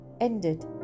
ended